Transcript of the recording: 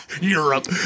Europe